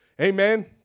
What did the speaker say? Amen